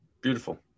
Beautiful